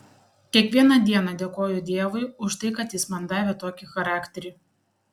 kiekvieną dieną dėkoju dievui už tai kad jis man davė tokį charakterį